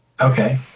Okay